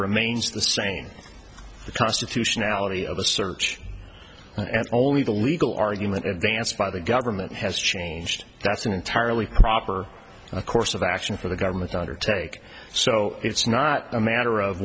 remains the same the constitutionality of a search and only the legal argument advanced by the government has changed that's an entirely proper course of action for the government undertake so it's not a matter of